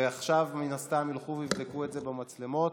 ועכשיו מן הסתם ילכו ויבדקו את זה במצלמות